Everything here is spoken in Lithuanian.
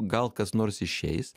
gal kas nors išeis